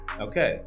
Okay